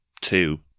two